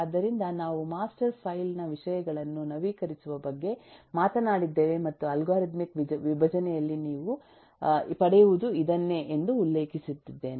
ಆದ್ದರಿಂದ ನಾವು master file ನ ವಿಷಯಗಳನ್ನು ನವೀಕರಿಸುವ ಬಗ್ಗೆ ಮಾತನಾಡಿದ್ದೇವೆ ಮತ್ತು ಅಲ್ಗಾರಿದಮಿಕ್ ವಿಭಜನೆಯಲ್ಲಿ ನೀವು ಪಡೆಯುವುದು ಇದನ್ನೇ ಎಂದು ಉಲ್ಲೇಖಿಸುತ್ತಿದ್ದೇನೆ